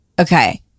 okay